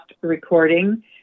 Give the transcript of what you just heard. recording